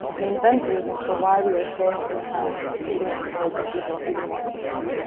we invent reasons for why we are staying on the paths leading us to places we don't even want to go.